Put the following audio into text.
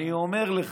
אני אומר לך.